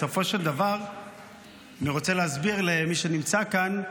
בסופו של דבר אני רוצה להסביר למי שנמצא כאן,